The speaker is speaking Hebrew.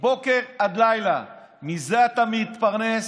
מבוקר עד לילה, מזה אתה מתפרנס.